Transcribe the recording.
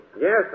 Yes